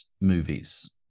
movies